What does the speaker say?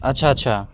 ଆଚ୍ଛା ଆଚ୍ଛା